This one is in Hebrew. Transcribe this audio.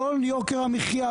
לא על יוקר המחיה,